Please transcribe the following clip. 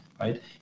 right